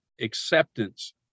acceptance